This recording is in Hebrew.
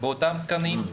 באותם תקנים,